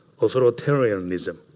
authoritarianism